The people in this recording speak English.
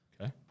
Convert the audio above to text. Okay